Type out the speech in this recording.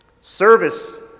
Service